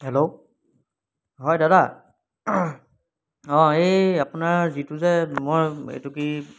hello হয় দাদা অঁ এই আপোনাৰ যিটো যে মোৰ এইটো কি